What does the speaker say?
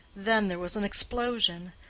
then there was an explosion.